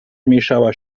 zmniejszała